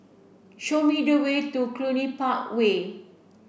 show me the way to Cluny Park Way